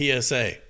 PSA